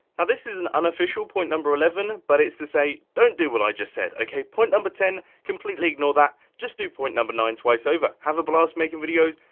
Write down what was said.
now this is an unofficial point number eleven but it's to say don't do what i just said okay point number ten completely ignore that, just do point number nine twice over. have a blast making videos,